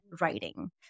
writing